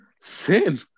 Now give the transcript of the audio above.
Sin